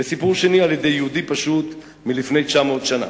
והסיפור השני הוא על יהודי פשוט מלפני 900 שנה.